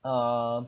uh